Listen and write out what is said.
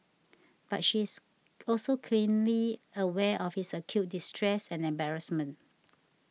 but she is also keenly aware of his acute distress and embarrassment